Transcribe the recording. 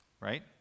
right